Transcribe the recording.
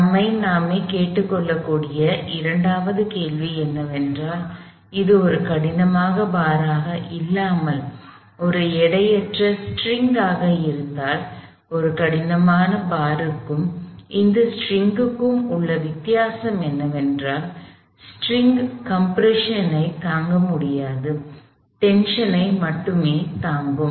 நம்மை நாமே கேட்டுக்கொள்ளக்கூடிய இரண்டாவது கேள்வி என்னவென்றால் இது ஒரு கடினமான பாராக இல்லாமல் எடையற்ற ஸ்டிரிங் ஆக இருந்தால் ஒரு கடினமான பார்க்கும் மற்றும் ஸ்ட்ரிங்குக்கும் உள்ள வித்தியாசம் என்னவென்றால் ஸ்டிரிங் கம்ப்ரஷன் ஐ தாங்க முடியாது டென்ஷனை மட்டுமே தாங்கும்